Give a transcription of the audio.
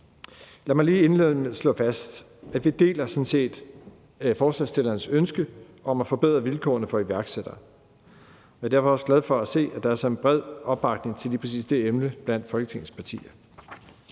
Lad mig lige indledningsvis slå fast, at vi sådan set deler forslagsstillernes ønske om at forbedre vilkårene for iværksættere. Jeg er derfor også glad for at se, at der er sådan en bred opbakning til lige præcis det emne blandt Folketingets partier.